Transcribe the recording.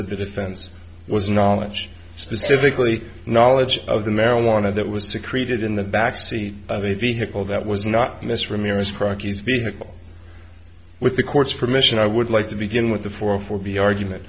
of the defense was knowledge specifically knowledge of the marijuana that was secreted in the back seat of a vehicle that was not miss ramirez crocky vehicle with the court's permission i would like to begin with the four four b argument